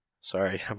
Sorry